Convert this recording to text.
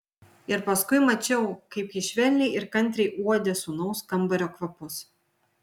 ir paskui mačiau kaip ji švelniai ir kantriai uodė sūnaus kambario kvapus